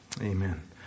Amen